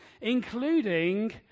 including